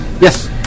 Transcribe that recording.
Yes